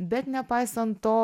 bet nepaisant to